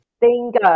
Bingo